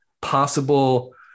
possible